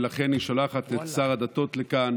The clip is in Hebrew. ולכן היא שולחת את שר הדתות לכאן